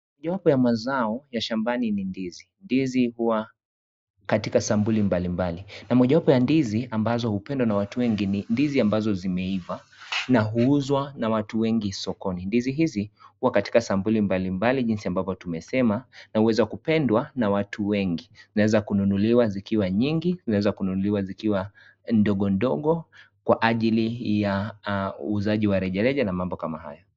Mojawapo ya mazao shambani ni ndizi, ndizi huwa katika sampuli mbalimbali na mojawapo ya ndizi ambazo hupendwa na watu wengi ni ndizi ambazo zimeiva, na huuzwa na watu wengi sokoni, ndizi hizi huwa katika sampuli mbalimbali jinsi ambavyo tumesema na huweza kupendwa na watu wengi, inaweza kununuliwa zikiwa nyingi vyaweza kununuliwa zikiwa ndogondogo kwa ajili ya uuzaji wa rejareja na mambo kama hayo.